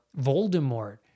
Voldemort